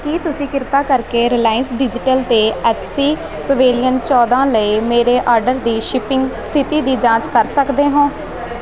ਕੀ ਤੁਸੀਂ ਕਿਰਪਾ ਕਰਕੇ ਰਿਲਾਇੰਸ ਡਿਜੀਟਲ 'ਤੇ ਐਚਪੀ ਪਵੇਲੀਅਨ ਚੌਦਾਂ ਲਈ ਮੇਰੇ ਆਰਡਰ ਦੀ ਸ਼ਿਪਿੰਗ ਸਥਿਤੀ ਦੀ ਜਾਂਚ ਕਰ ਸਕਦੇ ਹੋ